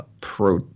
pro